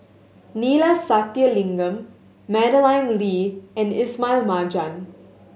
Neila Sathyalingam Madeleine Lee and Ismail Marjan